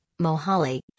Mohali